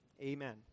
amen